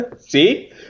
See